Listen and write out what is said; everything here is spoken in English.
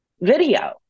video